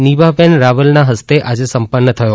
નિપાબેન રાવલના હસ્તે આજે સંપન્ન થયો